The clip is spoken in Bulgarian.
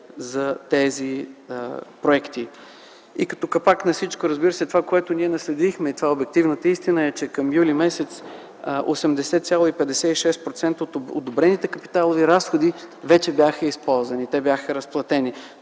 за тези проекти. Като капак на всичко, разбира се, това, което ние наследихме, и това е обективната истина, че към м. юли 80,56% от одобрените капиталови разходи вече бяха използвани, те бяха разплатени.